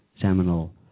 seminal